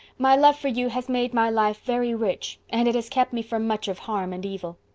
my love for you has made my life very rich and it has kept me from much of harm and evil.